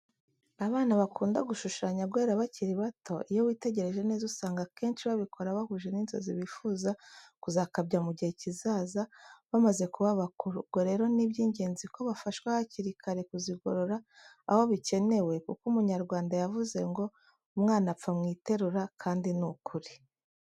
Abana bakunda gushushanya guhera bakiri bato, iyo witegereje neza usanga akenshi babikora bahuje n'inzozi bifuza kuzakabya mu gihe kizaza, bamaze kuba bakuru; ubwo rero ni iby'ingenzi ko bafashwa hakiri kare kuzigorora aho bikenewe, kuko umunyarwanda yavuze ngo ''umwana apfa mu iterura'', kandi ni ukuri.